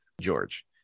George